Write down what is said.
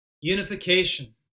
Unification